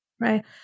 Right